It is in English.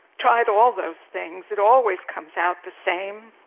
tried all those things. it always comes out the same.